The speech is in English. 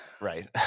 Right